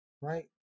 right